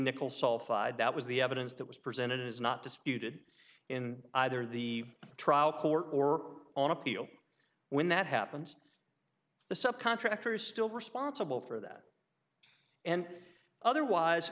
nickel sulfide that was the evidence that was presented is not disputed in either the trial court or on appeal when that happens the subcontractors still responsible for that and otherwise